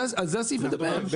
על זה הסעיף מדבר.